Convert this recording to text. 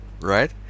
right